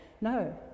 No